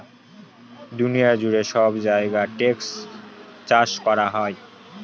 দুনিয়া জুড়ে সব জায়গায় টেকসই চাষ করা হোক